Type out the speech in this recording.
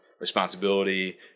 responsibility